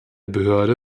behörde